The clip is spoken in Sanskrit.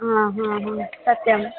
हा हा हा सत्यम्